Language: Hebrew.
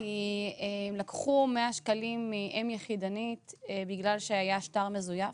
כי לקחו 100 שקלים מאם יחידנית בגלל שהיה שטר מזויף.